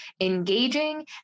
engaging